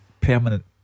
permanent